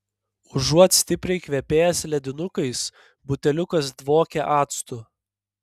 užuot stipriai kvepėjęs ledinukais buteliukas dvokė actu